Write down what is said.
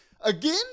Again